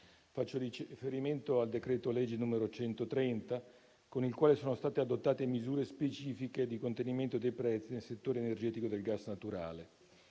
faccio riferimento al decreto-legge n. 130 del 2021, con il quale sono state adottate misure specifiche di contenimento dei prezzi nel settore energetico e del gas naturale.